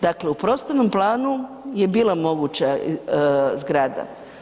Dakle, u prostornom planu je bila moguća zgrada.